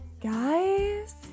guys